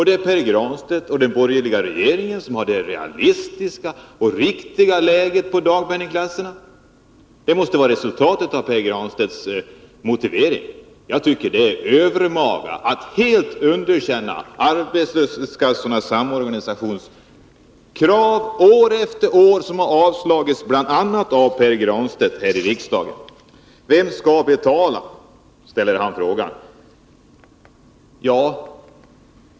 Det är Pär Granstedt och den borgerliga regeringen som vet vilken den riktiga dagpenningklassen är. Det blir resultatet av Pär Granstedts argumentering. Jag tycker att det är övermaga att helt underkänna arbetslöshetskassornas samorganisations krav. Dessa har år efter år avslagits här i riksdagen, av bl.a. Pär Granstedt. Vem skall betala? frågar Pär Granstedt.